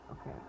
Okay